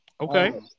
Okay